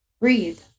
Breathe